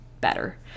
better